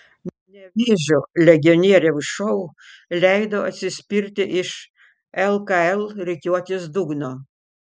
nevėžio legionieriaus šou leido atsispirti iš lkl rikiuotės dugno